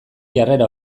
jarrera